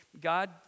God